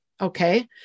Okay